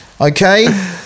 okay